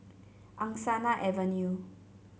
Angsana Avenue